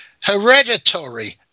hereditary